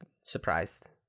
surprised